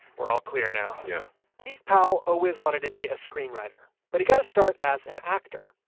we're all clear now yeah keith powell always wanted to be a screenwriter, but he got his start as an actor.